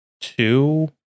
two